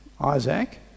Isaac